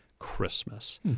Christmas